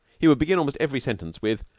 he would begin almost every sentence with,